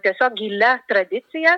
tiesiog gilia tradicija